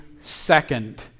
second